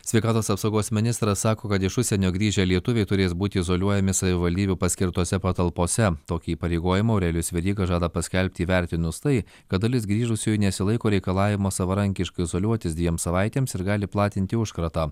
sveikatos apsaugos ministras sako kad iš užsienio grįžę lietuviai turės būti izoliuojami savivaldybių paskirtose patalpose tokį įpareigojimą aurelijus veryga žada paskelbti įvertinus tai kad dalis grįžusiųjų nesilaiko reikalavimo savarankiškai izoliuotis dviem savaitėms ir gali platinti užkratą